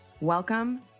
Welcome